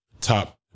top